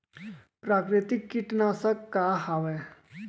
प्राकृतिक कीटनाशक का हवे?